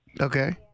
Okay